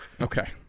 Okay